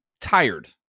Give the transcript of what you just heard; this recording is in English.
tired